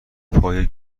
پای